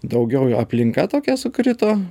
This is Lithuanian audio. daugiau jau aplinka tokia sukrito